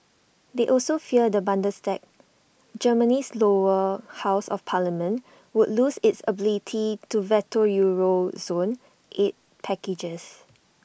they also fear the Bundestag Germany's lower house of parliament would lose its ability to veto euro zone aid packages